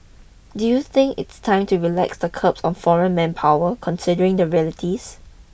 do you think it's time to relax the curbs on foreign manpower considering the realities